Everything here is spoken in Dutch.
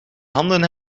handen